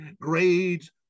grades